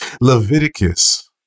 Leviticus